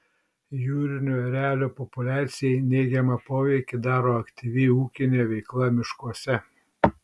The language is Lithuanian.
jūrinių erelių populiacijai neigiamą poveikį daro aktyvi ūkinė veikla miškuose